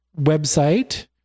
website